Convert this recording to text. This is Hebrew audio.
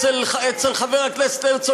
בהובלת חברת הכנסת רוזין,